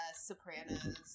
soprano's